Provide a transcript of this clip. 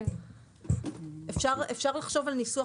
אפשר לנסח